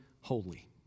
holy